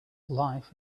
life